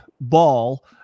ball